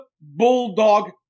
Bulldog